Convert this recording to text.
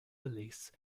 release